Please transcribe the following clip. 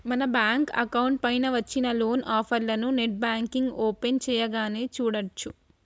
మన bank account పైన వచ్చిన లోన్ ఆఫర్లను నెట్ బ్యాంకింగ్ ఓపెన్ చేయగానే చూడచ్చు